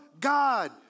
God